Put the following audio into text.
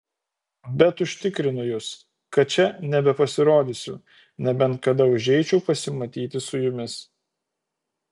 bet užtikrinu jus kad čia nebepasirodysiu nebent kada užeičiau pasimatyti su jumis